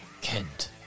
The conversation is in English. Kent